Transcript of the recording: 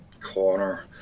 corner